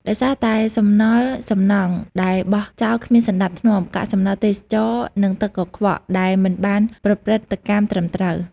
ដោយសារតែ សំណល់សំណង់ ដែលបោះចោលគ្មានសណ្ដាប់ធ្នាប់ កាកសំណល់ទេសចរណ៍ និង ទឹកកខ្វក់ ដែលមិនបានប្រព្រឹត្តកម្មត្រឹមត្រូវ។